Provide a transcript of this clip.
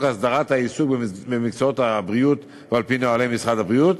הסדרת העיסוק במקצועות הבריאות ועל-פי נוהלי משרד הבריאות,